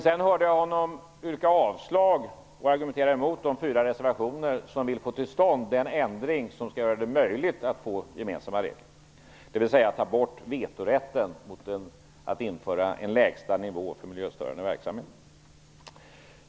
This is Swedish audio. Sedan hörde jag honom yrka avslag på och argumentera mot de fyra reservationer där man vill få till stånd den ändrig som skulle göra det möjligt att få gemensamma regler, dvs. att ta bort vetorätten mot att införa en lägsta nivå för miljöstörande verksamhet.